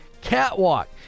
catwalk